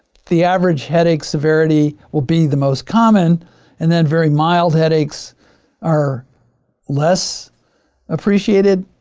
the average headache severity would be the most common and then very mild headaches are less appreciated,